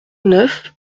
neuf